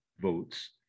votes